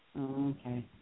Okay